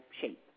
shape